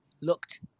looked